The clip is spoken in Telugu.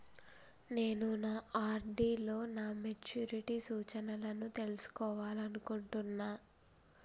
నేను నా ఆర్.డి లో నా మెచ్యూరిటీ సూచనలను తెలుసుకోవాలనుకుంటున్నా